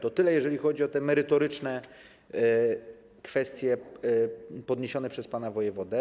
To tyle, jeżeli chodzi o merytoryczne kwestie podniesione przez pana wojewodę.